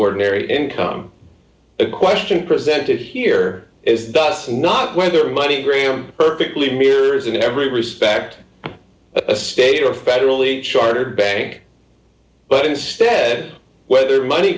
ordinary income a question presented here is thus not whether muddy graham perfectly mirrors in every respect a state or federal e chartered bank but instead whether money